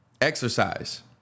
Exercise